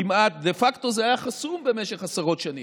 כמעט, דה פקטו זה היה חסום במשך עשרות שנים.